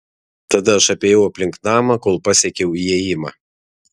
tada aš apėjau aplink namą kol pasiekiau įėjimą